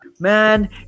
Man